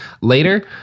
later